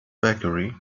bakery